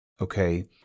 Okay